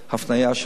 הפניה של רופא.